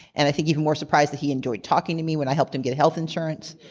and i think even more surprised that he enjoyed talking to me when i helped him get health insurance,